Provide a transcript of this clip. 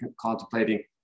contemplating